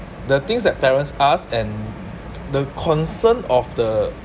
the things that parents ask and the concern of the